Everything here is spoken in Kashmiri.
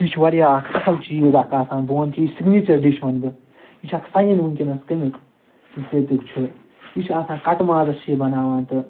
یہِ چھُ واریاہ اکھ اصٕل چیٖز اکھ آسان بہٕ وَنہٕ کہِ یہِ چھِ سِگنیٖچَر ڈِش وَنہٕ بہٕ یہِ چھِ اَکھ سایِن وٕنۍکٮ۪نَس کَمیُک یُس ییٚتیُک چھُ یہِ چھِ آسان کَٹہٕ مازَس چھِ یہِ بناوان تہٕ